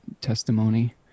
testimony